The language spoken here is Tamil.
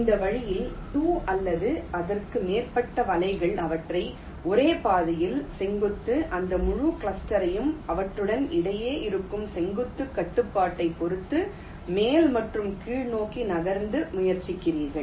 இந்த வழியில் 2 அல்லது அதற்கு மேற்பட்ட வலைகள் அவற்றை ஒரே பாதையில் தொகுத்து அந்த முழு கிளஸ்டரையும் அவற்றுக்கு இடையே இருக்கும் செங்குத்து கட்டுப்பாட்டைப் பொறுத்து மேல் மற்றும் கீழ் நோக்கி நகர்த்த முயற்சிக்கிறீர்கள்